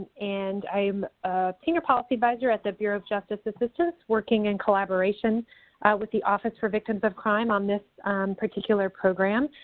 and i'm a senior policy advisor at the bureau of justice assistance working in collaboration with the office for victims of crime on this particular program.